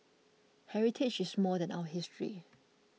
heritage is more than our history